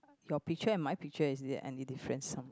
your picture and my picture is there any difference